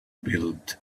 built